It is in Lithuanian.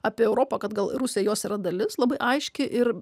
apie europą kad gal rusai jos yra dalis labai aiški ir